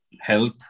health